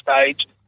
stage